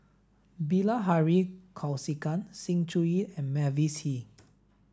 Bilahari Kausikan Sng Choon Yee and Mavis Hee